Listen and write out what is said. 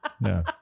no